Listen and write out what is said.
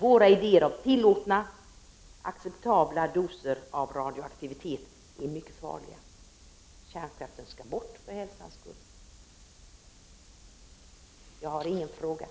Våra idéer om tillåtna, acceptabla doser av radioaktivitet är mycket farliga. Kärnkraften skall bort för hälsans skull.